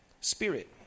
spirit